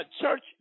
church